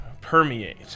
permeate